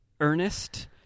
Ernest